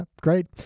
great